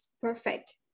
perfect